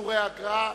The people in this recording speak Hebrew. שידורי אגרה.